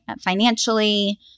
financially